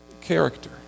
character